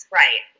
right